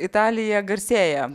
italija garsėja